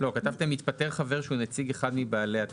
כתבתם שהתפטר חבר שהוא נציג אחד מבעלי התפקידים.